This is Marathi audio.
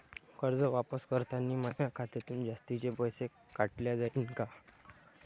कर्ज वापस करतांनी माया खात्यातून जास्तीचे पैसे काटल्या जाईन का?